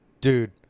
Dude